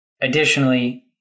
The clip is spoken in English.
Additionally